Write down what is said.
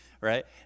right